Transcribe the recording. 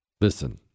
Listen